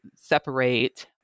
separate